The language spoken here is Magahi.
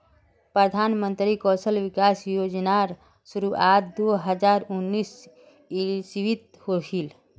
प्रधानमंत्री कौशल विकाश योज्नार शुरुआत दो हज़ार उन्नीस इस्वित होहिल